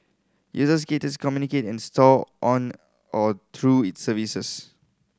users create communicate and store on or through its services